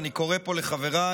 ואני קורא פה לחבריי,